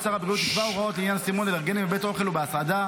שר הבריאות יקבע הוראות לעניין סימון אלרגנים בבתי אוכל ובהסעדה,